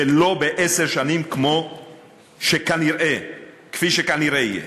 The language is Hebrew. ולא בעשר שנים כפי שכנראה יהיה.